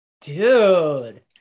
dude